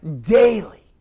daily